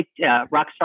Rockstar